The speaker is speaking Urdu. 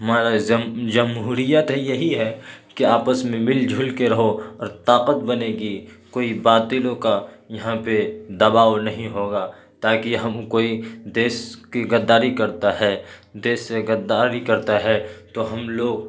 ہمارا جمہوریت یہی ہے کہ آپس میں مل جل کے رہو اور طاقت بنے گی كوئی باطلوں كا یہاں پہ دباؤ نہیں ہوگا تاكہ ہم كوئی دیش کی غداری کرتا ہے دیش سے غداری کرتا ہے تو ہم لوگ